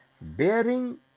Bearing